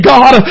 God